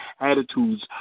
attitudes